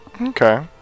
Okay